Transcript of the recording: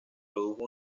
produjo